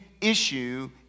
issue